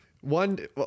one